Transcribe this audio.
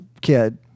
kid